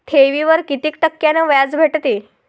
ठेवीवर कितीक टक्क्यान व्याज भेटते?